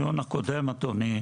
אדוני,